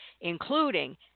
including